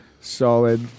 solid